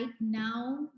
now